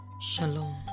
shalom